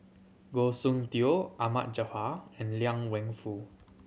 Goh Soon Tioe Ahmad Jaafar and Liang Wenfu